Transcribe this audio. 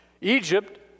Egypt